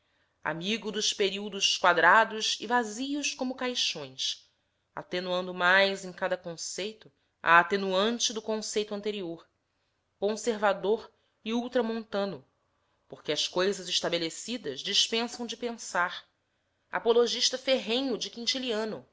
amigo dos períodos quadrados e vazios como caixões atenuando mais em cada conceito a atenuante do conceito anterior conservador e ultramontano porque as coisas estabelecidas dispensam de pensar apologista ferrenho de